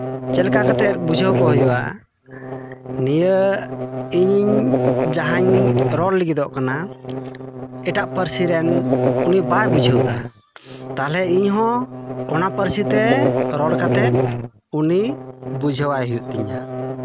ᱪᱮᱫ ᱞᱮᱠᱟ ᱠᱟᱛᱮᱜ ᱵᱩᱡᱷᱟᱹᱣ ᱠᱚ ᱦᱩᱭᱩᱜᱼᱟ ᱱᱤᱭᱟᱹ ᱤᱧ ᱡᱟᱦᱟᱸᱧ ᱨᱚᱲ ᱞᱟᱹᱜᱤᱫᱚᱜ ᱠᱟᱱᱟ ᱮᱴᱟᱜ ᱯᱟᱹᱨᱥᱤ ᱨᱮᱱ ᱩᱱᱤ ᱵᱟᱭ ᱵᱩᱡᱷᱟᱹᱣᱫᱟ ᱛᱟᱦᱞᱮ ᱤᱧ ᱦᱚᱸ ᱚᱱᱟ ᱯᱟᱹᱨᱥᱤ ᱛᱮ ᱨᱚᱲ ᱠᱟᱛᱮᱜ ᱩᱱᱤ ᱵᱩᱡᱷᱟᱹᱣᱟᱭ ᱦᱩᱭᱩᱜ ᱛᱤᱧᱟ